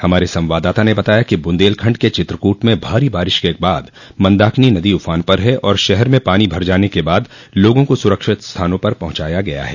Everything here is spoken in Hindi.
हमारे संवाददाता ने बताया कि ब्रंदेलखंड के चित्रकूट में भारी बारिश के बाद मंदाकिनी नदी उफान पर है और शहर में पानी भर जाने के बाद लोगों को सुरक्षित स्थानों पर पहुंचाया गया है